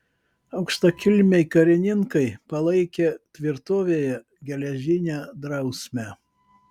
aukštakilmiai karininkai palaikė tvirtovėje geležinę drausmę